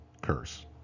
curse